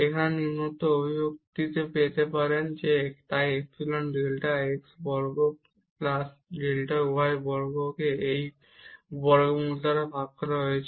এই নিম্নোক্ত অভিব্যক্তিটি পেতে এখানে তাই এপসিলন ডেল্টা x বর্গ প্লাস ডেল্টা y বর্গকে এই বর্গমূল দ্বারা ভাগ করা হয়েছে